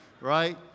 right